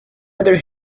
other